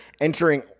entering